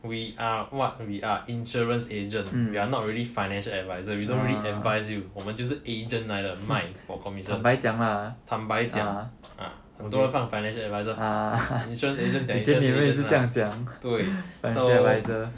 we are what we are insurance agent we are not really financial adviser you don't really advise you 我们就是 agent 来的买 for commission 坦白讲很多人放 financial adviser insurance agent 讲 insurance agent mah 对 so